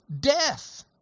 death